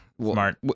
smart